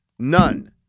None